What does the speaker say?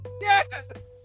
Yes